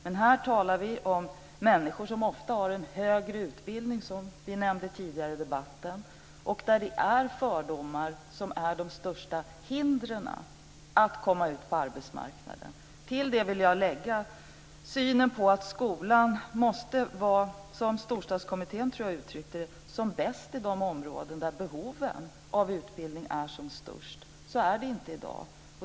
Men här talar vi om människor som ofta har en högre utbildning, som vi nämnde tidigare i debatten, och det är fördomar som är de största hindren att komma ut på arbetsmarknaden. Till detta vill jag lägga synen på att skolan måste vara, som jag tror att Storstadskommittén uttryckte det, som bäst i de områden där behoven av utbildning är som störst. Så är det inte i dag.